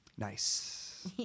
nice